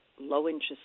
low-interest